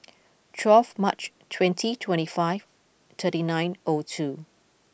twelve March twenty twenty five thirty nine O two